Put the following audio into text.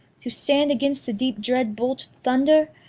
to stand against the deep dread-bolted thunder?